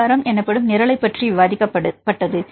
B பரம் எனப்படும் நிரலைப் பற்றி விவாதிக்கப்பட்டது